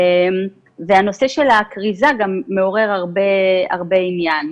והנושא של הכריזה גם מעורר הרבה עניין.